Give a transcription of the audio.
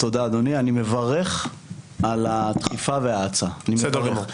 תודה אדוני, אני מברך על הדחיפה וההאצה, אני מברך.